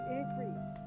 increase